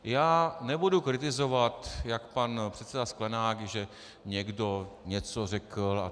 Já nebudu kritizovat jak pan předseda Sklenák, že někdo něco řekl.